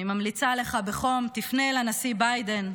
אני ממליצה לך בחום, תפנה אל הנשיא ביידן.